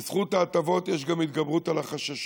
בזכות ההטבות יש גם התגברות על החששות,